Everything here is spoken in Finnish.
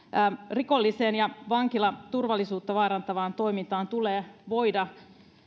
rikolliseen ja vankilaturvallisuutta vaarantavaan toimintaan tulee voida